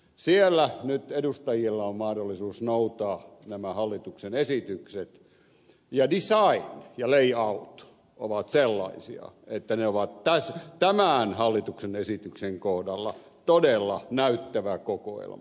siellä nyt edustajilla on mahdollisuus noutaa nämä hallituksen esitykset ja design ja layout ovat sellaisia että ne ovat tämän hallituksen esityksen kohdalla todella näyttävä kokoelma